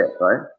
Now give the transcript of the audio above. right